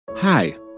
Hi